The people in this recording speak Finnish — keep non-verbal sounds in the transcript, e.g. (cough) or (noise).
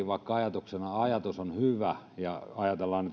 (unintelligible) vaikka ajatus on hyvä kun ajatellaan